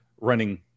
running